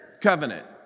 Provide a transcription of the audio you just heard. covenant